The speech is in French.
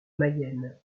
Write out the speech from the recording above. mayenne